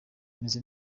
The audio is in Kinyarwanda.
meze